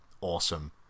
awesome